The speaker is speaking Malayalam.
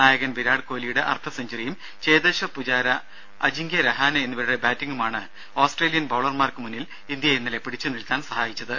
നായകൻ വിരാട് കോഹ് ലിയുടെ അർധ സെഞ്ച്വറിയും ചേതേശ്വർ പൂജാര അജിങ്ക്യ രഹാനെ എന്നിവരുടെ ബാറ്റിങ്ങുമാണ് ഓസ്ട്രേലിയൻ ബൌളർമാർക്ക് മുന്നിൽ ഇന്ത്യയെ ഇന്നലെ പിടിച്ചു നിൽക്കാൻ സഹായിച്ചത്